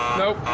nope.